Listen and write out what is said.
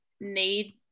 need